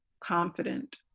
confident